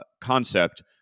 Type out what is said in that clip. concept